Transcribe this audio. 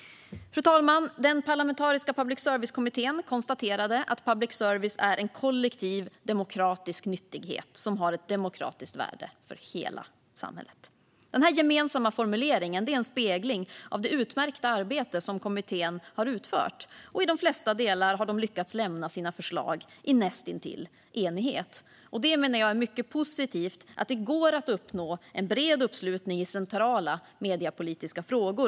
Fru talman! Den parlamentariska public service-kommittén konstaterade att public service är en kollektiv demokratisk nyttighet som har ett demokratiskt värde för hela samhället. Den här gemensamma formuleringen är en spegling av det utmärkta arbete som kommittén har utfört. I de flesta delar har kommittén lyckats lämna sina förslag näst intill i enighet. Jag menar att det är mycket positivt att det går att uppnå bred uppslutning i centrala mediepolitiska frågor.